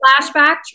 flashback